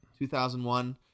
2001